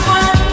one